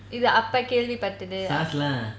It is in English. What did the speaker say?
இது அப்போ கேள்வி பட்டது:idhu apo kelvi patathu